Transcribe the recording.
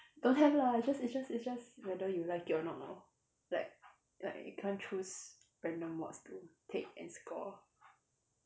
don't have lah it's just it's just it's just whether you like it or not lor like like you can't choose random mods to take and score